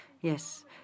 yes